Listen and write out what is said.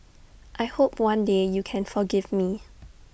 I hope one day you can forgive me